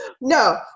no